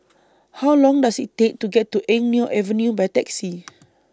How Long Does IT Take to get to Eng Neo Avenue By Taxi